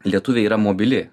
lietuviai yra mobili